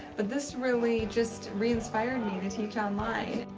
but this really just re-inspired me to teach online.